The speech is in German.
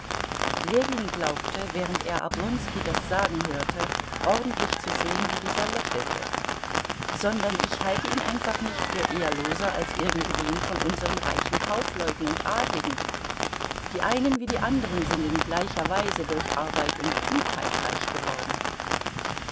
ljewin glaubte während er oblonski das sagen hörte ordentlich zu sehen wie dieser lächelte sondern ich halte ihn einfach nicht für ehrloser als irgendwen von unseren reichen kaufleuten und adligen die einen wie die andern sind in gleicher weise durch arbeit und klugheit reich geworden